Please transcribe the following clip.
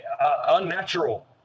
unnatural